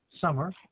summer